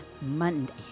Monday